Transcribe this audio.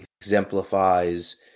exemplifies